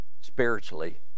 spiritually